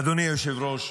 אדוני היושב-ראש,